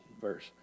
verse